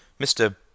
Mr